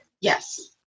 Yes